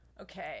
Okay